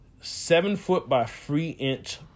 seven-foot-by-three-inch